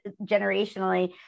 generationally